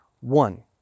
One